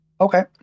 Okay